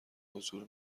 حضور